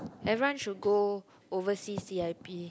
everyone should go overseas C_I_P